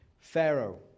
Pharaoh